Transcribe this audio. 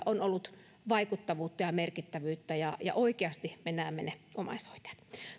on ollut vaikuttavuutta ja merkittävyyttä ja ja oikeasti me näemme ne omaishoitajat